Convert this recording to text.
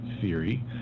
theory